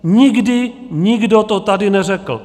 Nikdy nikdo to tady neřekl.